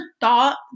thought